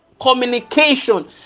communication